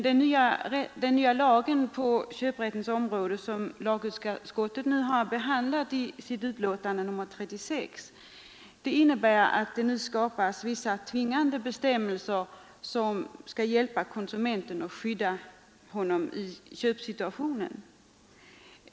Den nya lagen på köprättens område, som lagutskottet nu har behandlat i sitt betänkande nr 36, innebär att det nu skapas tvingande bestämmelser som skall hjälpa konsumenten och skydda honom i köpsituationen.